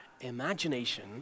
imagination